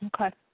okay